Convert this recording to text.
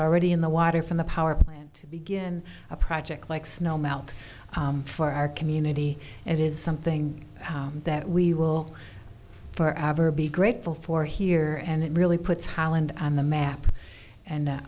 already in the water from the power plant to begin a project like snow melt for our community and it is something that we will forever be grateful for here and it really puts holland on the map and